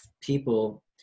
people